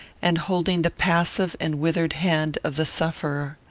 and holding the passive and withered hand of the sufferer.